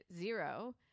zero